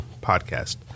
podcast